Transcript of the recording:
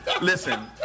Listen